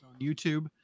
YouTube